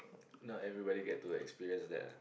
not everybody get to experience that ah